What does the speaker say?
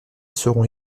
seront